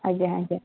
ଆଜ୍ଞା ଆଜ୍ଞା